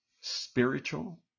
spiritual